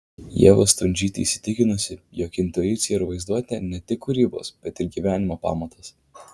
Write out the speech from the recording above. ieva stundžytė įsitikinusi jog intuicija ir vaizduotė ne tik kūrybos bet ir gyvenimo pamatas